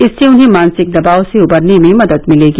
इससे उन्हें मानसिक दबाव से उबरने में मदद मिलेगी